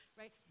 right